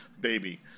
Baby